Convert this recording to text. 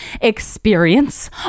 experience